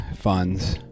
funds